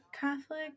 Catholic